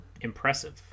impressive